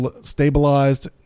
stabilized